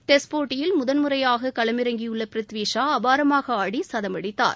test போட்டியில் முதல் முறையாக களமிறங்கியுள்ள பிரித்வி ஷா அபாரமாக ஆடி சதம் அடித்தார்